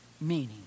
meaning